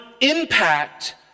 impact